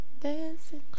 Dancing